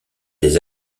des